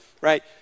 right